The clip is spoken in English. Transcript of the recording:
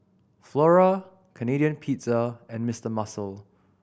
Flora Canadian Pizza and Mister Muscle